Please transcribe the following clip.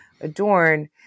adorn